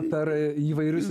per įvairius